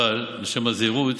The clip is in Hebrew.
אבל בשם הזהירות